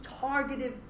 targeted